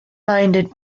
minded